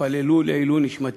התפללו לעילוי נשמתי".